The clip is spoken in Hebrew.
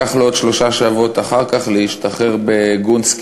לקח לו עוד שלושה שבועות אחר כך להשתחרר בגונסקירכן,